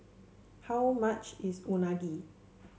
how much is Unagi